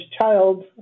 child